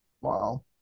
wow